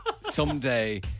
Someday